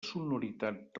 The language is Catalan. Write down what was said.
sonoritat